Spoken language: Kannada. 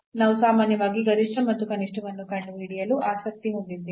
ನಾವು ಸಾಮಾನ್ಯವಾಗಿ ಗರಿಷ್ಠ ಮತ್ತು ಕನಿಷ್ಠವನ್ನು ಕಂಡುಹಿಡಿಯಲು ಆಸಕ್ತಿ ಹೊಂದಿದ್ದೇವೆ